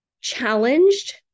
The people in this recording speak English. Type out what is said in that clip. challenged